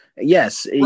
Yes